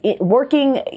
working